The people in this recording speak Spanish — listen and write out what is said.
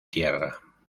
tierra